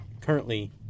currently